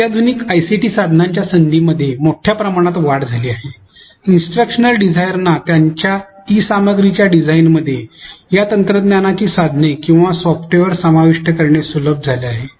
अत्याधुनिक आयसीटी साधनांच्या संधींमध्ये मोठ्या प्रमाणात वाढ झाली आहे सूचनात्मक डिझाईनर्सना त्यांच्या ई सामग्रीच्या डिझाइनमध्ये या तंत्रज्ञानाची साधने किंवा सॉफ्टवेअर समाविष्ट करणे सुलभ झाले आहे